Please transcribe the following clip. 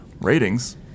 Ratings